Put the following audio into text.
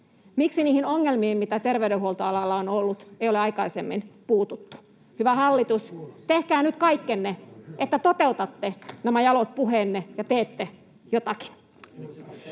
Miksi niihin ongelmiin, mitä terveydenhuoltoalalla on ollut, ei ole aikaisemmin puututtu? Hyvä hallitus: tehkää nyt kaikkenne, että toteutatte nämä jalot puheenne ja teette jotakin.